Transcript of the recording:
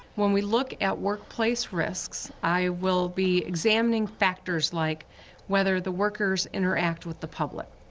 when we look at workplace risks, i will be examining factors like whether the workers interact with the public,